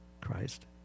Christ